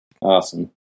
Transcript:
Awesome